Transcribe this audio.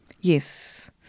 Yes